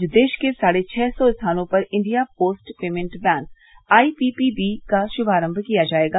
आज देश के साढ़े छह सौ स्थानों पर India post payment bank IPB का श्मारम्म किया जायेगा